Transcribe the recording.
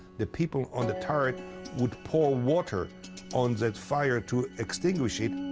the people on the turret would pour water on that fire to extinguish it.